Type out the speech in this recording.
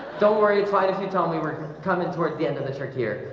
don't worry it's fine. if you tell me were coming toward the end of the trick here.